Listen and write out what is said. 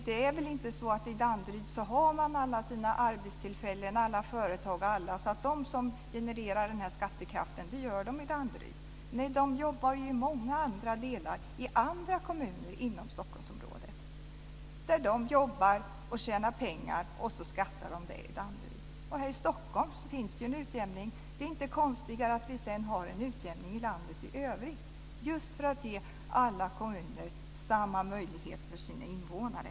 Det är inte så att man i Danderyd har alla arbetstillfällen och företag där så att de som genererar skattekraft gör det i Danderyd. Nej, de jobbar i många andra delar, i andra kommuner, i Stockholmsområdet. Där jobbar de och tjänar pengar men de skattar för det i Danderyd. Här i Stockholm finns det ju en utjämning. Det är inte konstigare att ha en utjämning i landet i övrigt, just för att ge alla kommuner samma möjligheter för sina invånare.